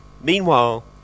Meanwhile